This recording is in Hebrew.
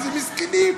איזה מסכנים.